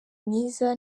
mwiza